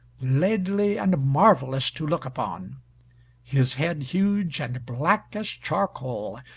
laidly and marvellous to look upon his head huge, and black as charcoal,